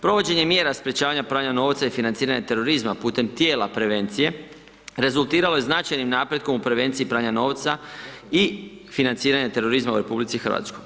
Provođenje mjera sprječavanja pranja novca i financiranje terorizma putem tijela prevencije, rezultiralo je značajnim napretkom u prevenciji pranja novca i financiranje terorizma u RH.